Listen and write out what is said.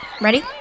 Ready